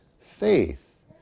faith